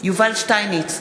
יובל שטייניץ,